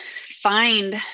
find